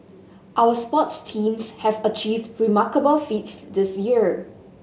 our sports teams have achieved remarkable feats this year